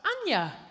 Anya